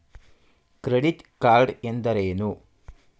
Credit card ಎಂದರೇನು?